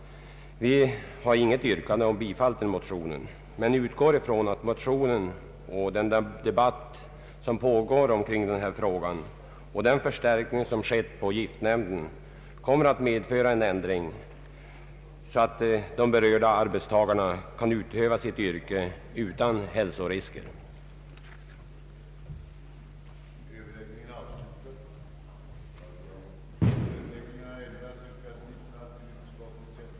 Vi har inget yrkande om bifall till motionen men utgår ifrån att denna och den debatt som pågår omkring denna fråga samt förstärkningen hos giftnämnden kommer att medföra en ändring, så att de berörda arbetstagarna kan utöva sitt yrke utan hälsorisker.